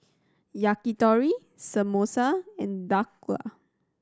Yakitori Samosa and Dhokla